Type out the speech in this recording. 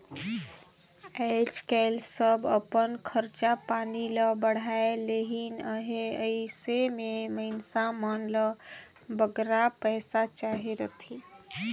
आएज काएल सब अपन खरचा पानी ल बढ़ाए लेहिन अहें अइसे में मइनसे मन ल बगरा पइसा चाहिए रहथे